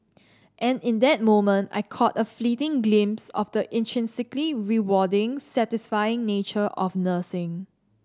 and in that moment I caught a fleeting glimpse of the intrinsically rewarding satisfying nature of nursing